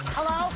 Hello